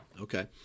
Okay